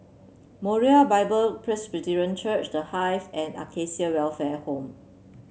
Moriah Bible Presby Church The Hive and Acacia Welfare Home